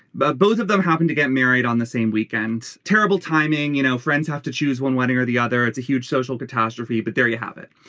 but both of them happen to get married on the same weekend. terrible timing you know friends have to choose one wedding or the other it's a huge social catastrophe but there you have it.